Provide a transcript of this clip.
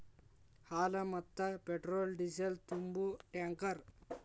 ಹಾಲ, ಮತ್ತ petrol diesel ತುಂಬು ಟ್ಯಾಂಕರ್